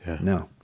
No